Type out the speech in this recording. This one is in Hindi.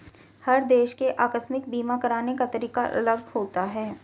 हर देश के आकस्मिक बीमा कराने का तरीका अलग होता है